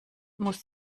muss